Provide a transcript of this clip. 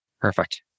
Perfect